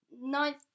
Ninth